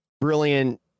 brilliant